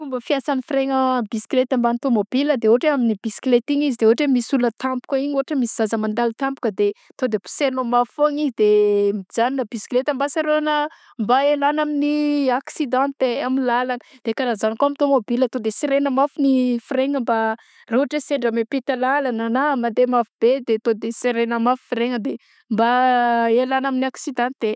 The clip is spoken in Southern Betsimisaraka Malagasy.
Fomba fiasan frein-gna bisikleta mbany tômôbila de ôhatra hoe amy bisikleta igny izy de ôhatra zao misy olona tampoka igny ôhatra misy zaza mandalo tampoka de to de poserinao mafy foagnan'izy de mijanona bisikileta mba sorôagna mba elagna amin'ny aksidante amy lalagna de karaha zagny kô amy tômôbila to de de seregna mafy gny frein-gna mba ra ôhatra hoe sendra miampita lalagna na mandeha mafy de to de seregna mafy frein-gna de mba ialagna amin'ny aksidante.